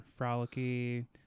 frolicky